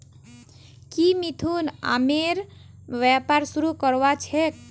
की मिथुन आमेर व्यापार शुरू करवार छेक